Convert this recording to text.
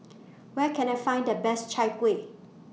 Where Can I Find The Best Chai Kuih